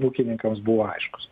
ūkininkams buvo aiškūs